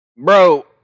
Bro